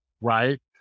right